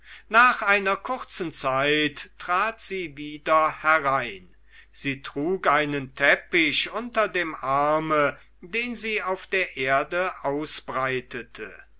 nach einer kurzen zeit trat sie wieder herein sie trug einen teppich unter dem arme den sie auf der erde ausbreitete